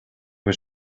was